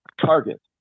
Target